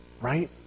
right